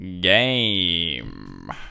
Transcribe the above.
game